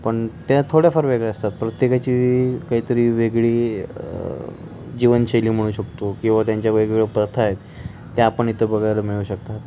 पण त्या थोड्याफार वेगळे असतात प्रत्येकाची काहीतरी वेगळी जीवनशैली म्हणू शकतो किंवा त्यांच्या वेगवेगळ्या प्रथा आहेत त्या आपण इथं बघायला मिळू शकतात